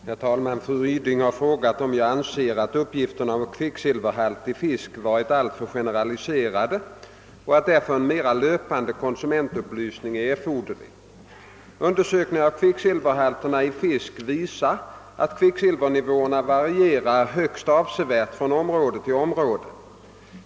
Herr talman! Fru Ryding har frågat om jag anser att uppgifterna om kvicksilverhalten i fisk varit alltför generaliserande och att därför en mera löpande konsumentupplysning är erforderlig. Undersökningarna av kvicksilverhalterna i fisk visar, att kvicksilvernivåerna varierar högst avsevärt från område till område.